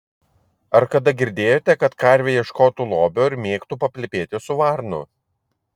ar kada girdėjote kad karvė ieškotų lobio ir mėgtų paplepėti su varnu